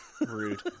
Rude